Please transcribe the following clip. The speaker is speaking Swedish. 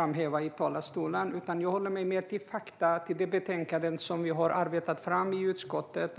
han vill i talarstolen. Jag håller mig till de faktauppgifter som finns i det betänkande som vi har arbetat fram i utskottet.